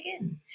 again